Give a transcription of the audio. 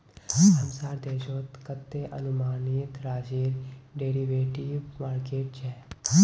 हमसार देशत कतते अनुमानित राशिर डेरिवेटिव मार्केट छ